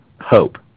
hope